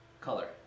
Color